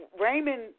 Raymond